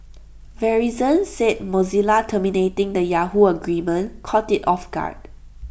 verizon said Mozilla terminating the Yahoo agreement caught IT off guard